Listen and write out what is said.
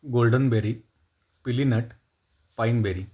goldenberry pili nut pineberry